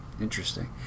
Interesting